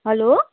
hello